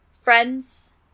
friends